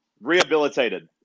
Rehabilitated